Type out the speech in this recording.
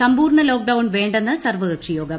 സമ്പൂർണ്ണിലോക്ഡൌൺ വേണ്ടെന്ന് സർവകക്ഷിയോഗം